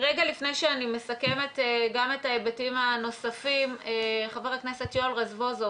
רגע לפני שאני מסכמת גם את ההיבטים הנוספים חבר הכנסת יואל רזבוזוב,